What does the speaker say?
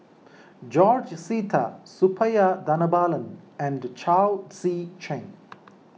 George Sita Suppiah Dhanabalan and Chao Tzee Cheng